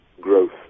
growth